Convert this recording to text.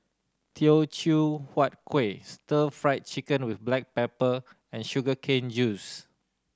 Teochew Huat Kueh Stir Fry Chicken with black pepper and sugar cane juice